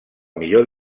millor